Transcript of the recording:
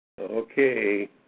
Okay